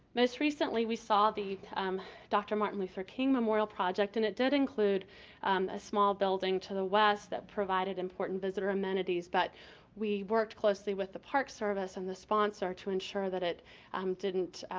most recently we saw the dr. martin luther king memorial project and it did include a small building to the west that provide important visitor amenities, but we worked closely with the park service and the sponsor to insure that it um didn't